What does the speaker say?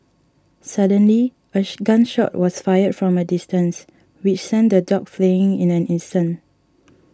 suddenly ash gun shot was fired from a distance which sent the dogs fleeing in an instant